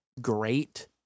great